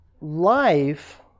life